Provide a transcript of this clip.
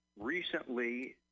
recently